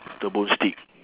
the bone steak